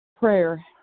Prayer